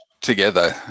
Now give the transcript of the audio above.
together